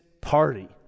party